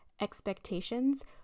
expectations